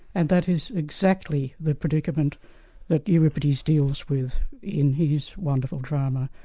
and that is exactly the predicament that euripides deals with in his wonderful drama,